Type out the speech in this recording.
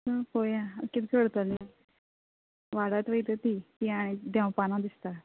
हय पळोवया कितें करतले वाडत वयत ती ती आनी देंवपाना दिसता